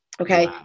Okay